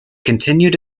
continued